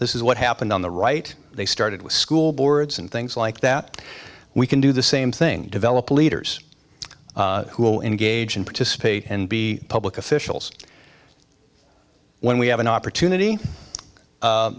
this is what happened on the right they started with school boards and things like that we can do the same thing develop leaders who will engage in participate and be public officials when we have an opportunity